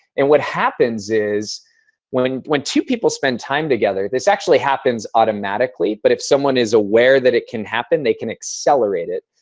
and what happens is when when two people spend time together, this actually happens automatically. but if someone is aware that it can happen, they can accelerate it.